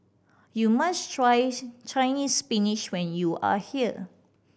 you must try Chinese Spinach when you are here